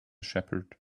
shepherd